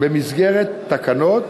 במסגרת תקנות,